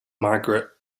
margaret